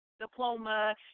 diploma